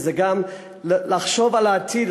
וזה גם לחשוב על העתיד,